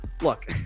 look